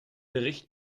bericht